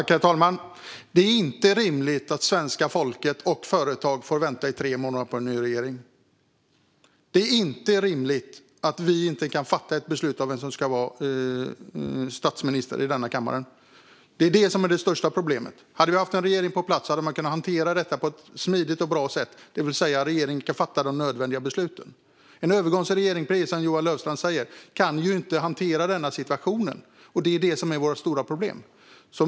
Herr talman! Det är inte rimligt att svenska folket och företagen får vänta i tre månader på en ny regering. Det är inte rimligt att vi inte i denna kammare kan fatta beslut om vem som ska vara statsminister. Det är detta som är det största problemet. Hade vi haft en regering på plats hade man kunnat hantera detta på ett smidigt och bra sätt - det vill säga regeringen hade kunnat fatta de nödvändiga besluten. En övergångsregering kan inte, precis som Johan Löfstrand säger, hantera denna situation, och det är detta som är vårt stora problem.